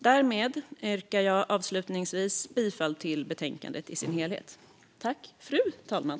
Därmed yrkar jag avslutningsvis bifall till utskottets förslag i dess helhet.